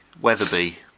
Weatherby